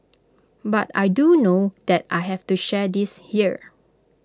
but I do know that I have to share this here